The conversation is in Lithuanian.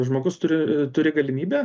žmogus turi turi galimybę